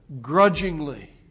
grudgingly